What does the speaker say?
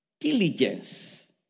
Diligence